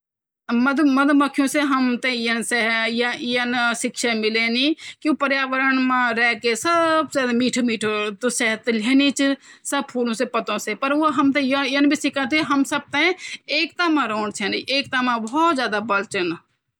कागज़ बड़ोंड़ो ते कच्ची लकड़ी ते लुगदी माँ बदलदन। तब लुगदी का फाइबर ते पर्दा से गुजारदन। ये से पाणि निकल जंदु ,पर्दा पर फाइबर की एक चटे बणि जंदि। जेते दबे ते सुखे ते कागज़ तैयार व्होंदु।